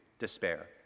despair